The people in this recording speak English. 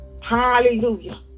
Hallelujah